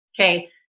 Okay